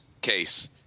case